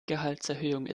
gehaltserhöhung